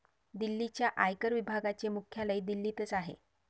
दिल्लीच्या आयकर विभागाचे मुख्यालय दिल्लीतच आहे